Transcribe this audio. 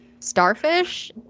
Starfish